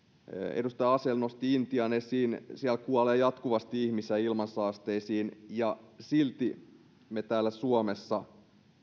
edustaja asell nosti intian esiin siellä kuolee jatkuvasti ihmisiä ilmansaasteisiin ja silti me täällä suomessa